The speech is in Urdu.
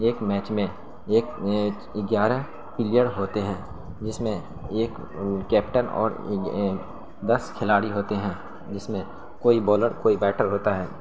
ایک میچ میں ایک گیارہ پلیئر ہوتے ہیں جس میں ایک کیپٹن اور دس کھلاڑی ہوتے ہیں جس میں کوئی بالر کوئی بیٹر ہوتا ہے